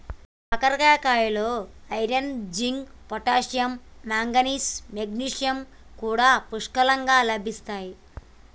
కాకరకాయలో iron, zinc, potassium, manganese, magnesium కూడా పుష్కలంగా లభిస్తాయి